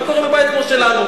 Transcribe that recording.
מה קורה בבית כמו שלנו.